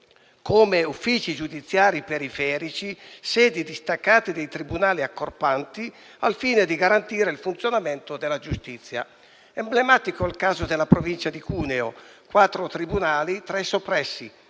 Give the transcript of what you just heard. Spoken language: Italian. come uffici giudiziari periferici e sedi distaccate dei tribunali accorpanti, al fine di garantire il funzionamento della giustizia. Emblematico è il caso della Provincia di Cuneo, dove su quattro tribunali tre sono